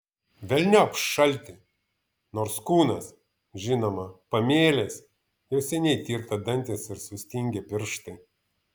velniop šaltį nors kūnas žinoma pamėlęs jau seniai tirta dantys ir sustingę pirštai